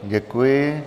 Děkuji.